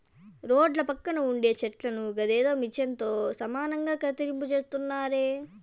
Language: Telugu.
రోడ్ల పక్కన ఉండే చెట్లను గదేదో మిచన్ తో సమానంగా కత్తిరింపు చేస్తున్నారే